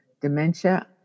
dementia